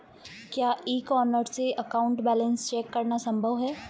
क्या e corner से account balance check करना संभव है?